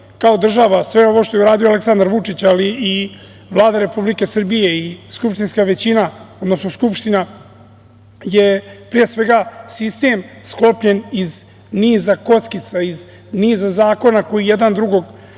kao država, sve ovo što je uradio Aleksandar Vučić, ali i Vlada Republike Srbije i skupštinska većina, odnosno Skupština je pre svega, sistem sklopljen iz niza kockica, iz niza zakona koji jedan drugog